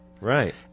Right